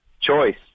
choice